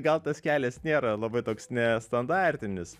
gal tas kelias nėra labai toks nestandartinis